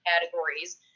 categories